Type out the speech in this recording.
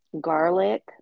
garlic